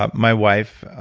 ah my wife,